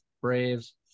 Braves